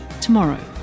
tomorrow